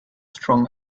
strong